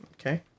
Okay